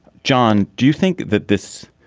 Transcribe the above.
john, do you think that this.